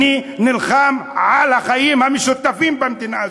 נלחם על החיים המשותפים במדינה הזאת.